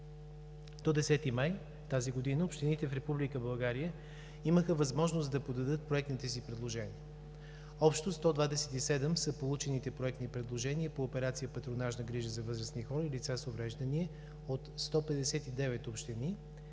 До 10 май тази година общините в Република България имаха възможност да подадат проектните си предложения. Общо 127 са получените проектни предложения по Операция „Патронажна грижа за възрастни хора и лица с увреждания“. От 159 общини